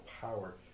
power